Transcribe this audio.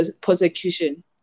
persecution